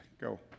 go